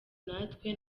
natwe